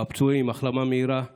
ולאחל החלמה מהירה לפצועים.